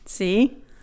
See